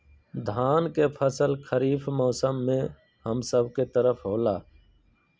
धान के फसल खरीफ मौसम में हम सब के तरफ होला